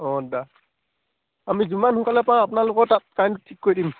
অঁ দাদা আমি যিমান সোনকালে পাৰোঁ আপোনালোকৰ তাত কাৰেণ্টটো ঠিক কৰি দিম